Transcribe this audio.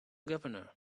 governor